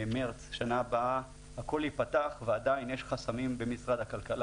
במארס שנה הבאה הכל ייפתח ועדיין יש חסמים במשרד הכלכלה